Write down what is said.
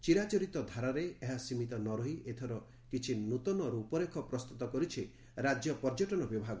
ଚିରାଚରିତ ଧାରାରେ ଏହା ସୀମିତ ନରହି ଏଥର କିଛି ନୁତନ ରୂପରେଖ ପ୍ରସ୍ତୁତ କରିଛି ରାଜ୍ୟ ପର୍ଯ୍ୟଟନ ବିଭାଗ